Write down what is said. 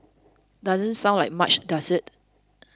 doesn't sound like much does it